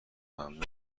ممنونم